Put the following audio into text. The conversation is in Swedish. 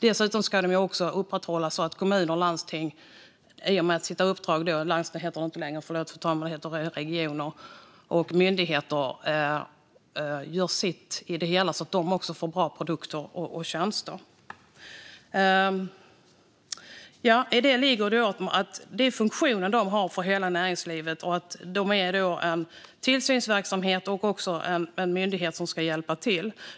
Dessutom ska man se till att kommuner och regioner samt myndigheter gör sitt, så att också de får bra produkter och tjänster. Det är den funktionen man har för hela näringslivet. Konkurrensverket är en tillsynsmyndighet och en myndighet som ska hjälpa till.